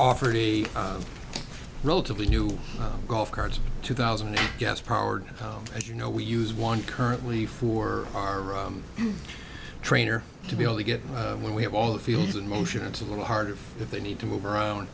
offered a relatively new golf carts two thousand gas powered as you know we use one currently for our trainer to be able to get when we have all the fields in motion it's a little harder if they need to move around